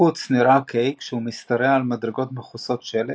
בחוץ נראה קיי כשהוא משתרע על מדרגות מכוסות שלג,